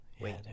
Wait